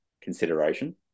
consideration